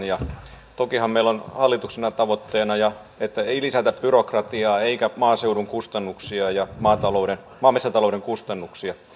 tokihan meillä on hallituksella tavoitteena että ei lisätä byrokratiaa eikä maaseudun kustannuksia ja maa ja metsätalouden kustannuksia